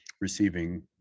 receiving